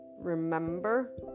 remember